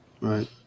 Right